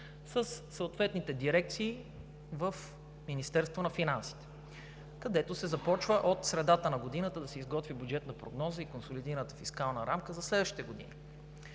със съответните дирекции в Министерството на финансите, където от средата на годината започват да се изготвят бюджетна прогноза и консолидираната фискална рамка за следващите години.